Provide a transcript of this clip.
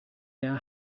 der